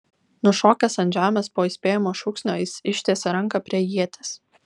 nušokęs ant žemės po įspėjamojo šūksnio jis ištiesė ranką prie ieties